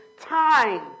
Time